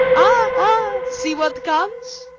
ah, ah, see what comes!